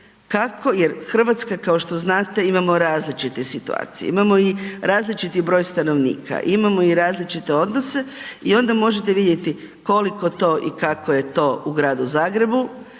kako jer Hrvatska kao što znate, imamo različite situacije, imamo i različiti broj stanovnika, imamo i različite odnose i onda možete vidjeti koliko to i kako je to u gradu Zagrebu,